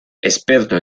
experto